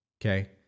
okay